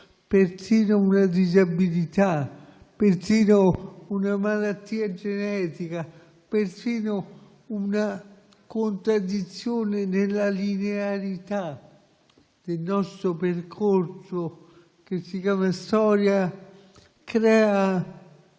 persino una disabilità, persino una malattia genetica, persino una contraddizione nella linearità del nostro percorso che si chiama storia, crea